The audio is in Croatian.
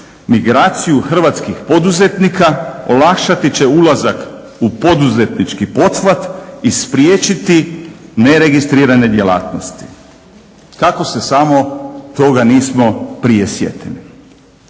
migraciju hrvatskih poduzetnika, olakšati će ulazak u poduzetnički pothvat i spriječiti neregistrirane djelatnosti. Kako se samo toga nismo prije sjetili.